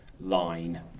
line